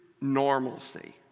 normalcy